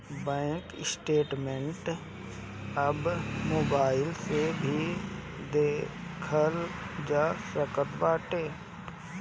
bank statement अब mobile से भी देखल जा सकत बाटे